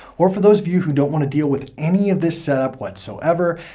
or for those of you who don't want to deal with any of this setup whatsoever,